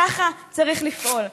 ככה צריך לפעול.